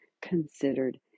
considered